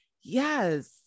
yes